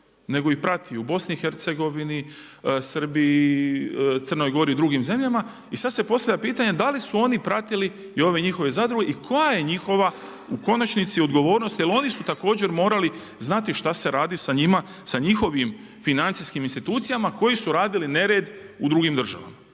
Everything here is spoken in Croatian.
nego i prati u BiH, Srbiji, Crnoj Gori i drugim zemljama. I sada se postavlja pitanje da li su oni pratili i ove njihove zadruge i koja je njihova u konačnici odgovornost jer oni su također morali znati šta se radi sa njima, sa njihovim financijskim institucijama koji su radili nered u drugim državama.